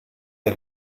der